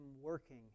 working